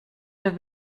der